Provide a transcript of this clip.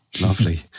Lovely